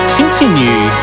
continue